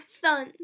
son